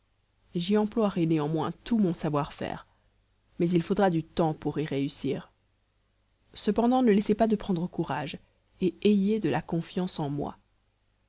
j'y emploierai néanmoins tout mon savoir-faire mais il faudra du temps pour y réussir cependant ne laissez pas de prendre courage et ayez de la confiance en moi